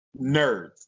Nerds